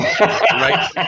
Right